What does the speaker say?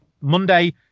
Monday